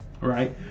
right